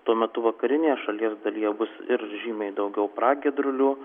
tuomet vakarinėje šalies dalyje bus ir žymiai daugiau pragiedrulių